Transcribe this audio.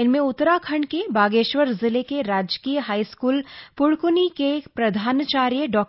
इनमें उत्तराखंड के बागेश्वर जिले के राजकीय हाईस्कूल प्ड़क्नी के प्रधानाचार्य डॉ